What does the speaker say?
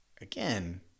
again